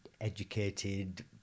educated